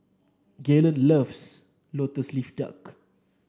Galen loves lotus leaf duck